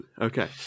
Okay